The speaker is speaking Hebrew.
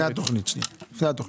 רגע, לפני התוכנית, שנייה, לפני התוכנית.